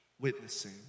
witnessing